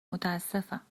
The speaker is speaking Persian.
متاسفم